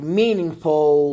meaningful